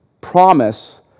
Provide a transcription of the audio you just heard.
promise